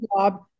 job